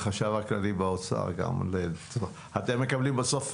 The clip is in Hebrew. נציג החשב הכללי באוצר, אתם מקבלים בסוף